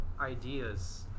ideas